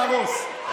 חייבים להרוס.